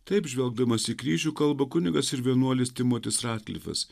taip žvelgdamas į kryžių kalba kunigas ir vienuolis timotis radklifas